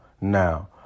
Now